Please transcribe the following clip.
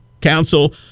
council